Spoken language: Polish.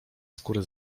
skóry